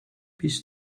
bis